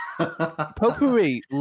Potpourri